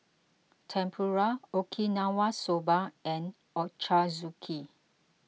Tempura Okinawa Soba and Ochazuke